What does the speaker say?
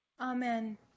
Amen